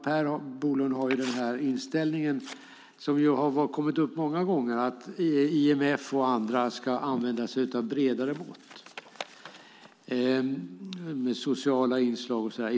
Per Bolund har den inställning som har kommit upp många gånger att IMF och andra ska använda sig av bredare mått med sociala inslag och sådant.